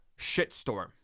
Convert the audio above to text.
shitstorm